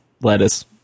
lettuce